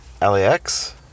lax